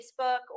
Facebook